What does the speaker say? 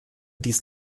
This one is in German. dies